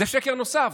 זה שקר נוסף.